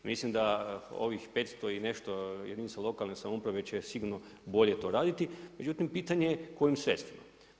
Mislim da ovih 500 i nešto jedinica lokalne samouprave već će sigurno bolje to raditi, međutim pitanje je kojim sredstvima.